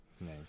Nice